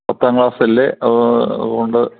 പത്താം ക്ലാസല്ലേ അത് അതുകൊണ്ട്